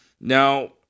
Now